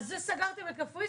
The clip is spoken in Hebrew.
על זה סגרתם את קפריסין?